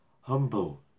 Humble